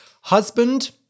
Husband